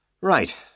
Right